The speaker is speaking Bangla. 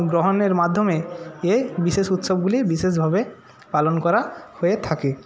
গ্রহণের মাধ্যমে এই বিশেষ উৎসবগুলি বিশেষভাবে পালন করা হয়ে থাকে